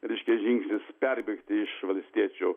reiškia žingsnis perbėgti iš valstiečių